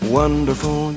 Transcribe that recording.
wonderful